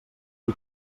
qui